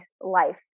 life